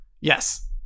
Yes